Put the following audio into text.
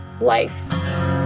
life